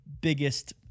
biggest